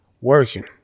working